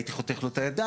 הייתי חותך לו את הידיים.